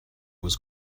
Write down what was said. was